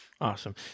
Awesome